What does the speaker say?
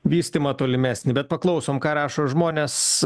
vystymą tolimesnį bet paklausom ką rašo žmonės